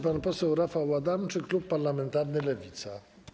Pan poseł Rafał Adamczyk, klub parlamentarny Lewica.